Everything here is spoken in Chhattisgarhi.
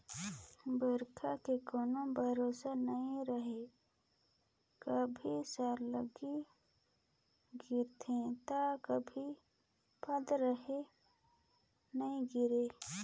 बइरखा के कोनो भरोसा नइ रहें, कभू सालगिरह गिरथे त कभू पंदरही नइ गिरे